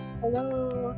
Hello